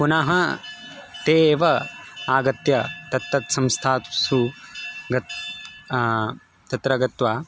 पुनः ते एव आगत्य तत्तत् संस्थात्सु गत् तत्र गत्वा